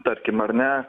tarkim ar ne